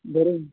બરોબર